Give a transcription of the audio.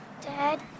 Dad